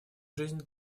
жизнь